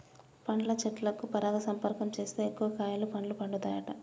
పండ్ల చెట్లకు పరపరాగ సంపర్కం చేస్తే ఎక్కువ కాయలు పండ్లు పండుతాయట